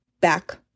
back